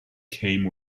came